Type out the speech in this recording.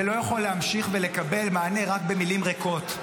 זה לא יכול להמשיך ולקבל מענה רק במילים ריקות.